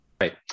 Right